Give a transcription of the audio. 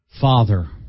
Father